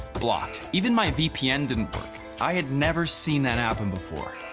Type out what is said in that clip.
blocked. even my vpn didn't work. i had never seen that happen before.